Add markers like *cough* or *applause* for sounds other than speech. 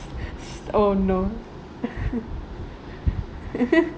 *breath* oh no *laughs*